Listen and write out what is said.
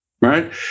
right